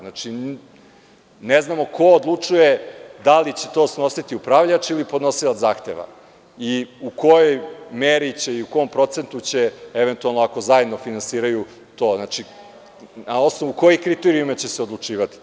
Znači, ne znamo ko odlučuje da li će to snositi upravljač ili podnosilac zahteva i u kojoj meri i u kom procentu će eventualno ako zajedno finansiraju to, na osnovu kojih kriterijuma će se odlučivati?